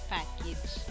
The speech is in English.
Package